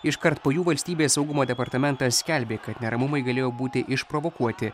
iškart po jų valstybės saugumo departamentas skelbė kad neramumai galėjo būti išprovokuoti